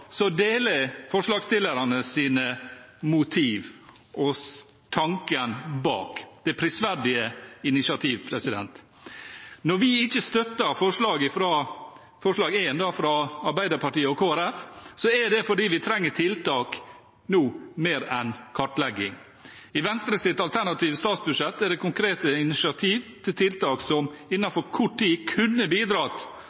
deler jeg forslagsstillernes motiver og tanken bak det prisverdige initiativet. Når vi ikke støtter forslag nr.1, fra Arbeiderpartiet og Kristelig Folkeparti, er det fordi vi nå trenger tiltak mer enn kartlegging. I Venstres alternative statsbudsjett er det konkrete initiativer til tiltak som innen kort tid kunne bidratt